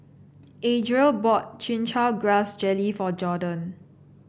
Adriel bought Chin Chow Grass Jelly for Jorden